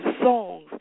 songs